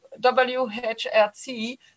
WHRC